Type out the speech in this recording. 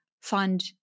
fund